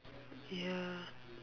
ya